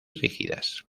rígidas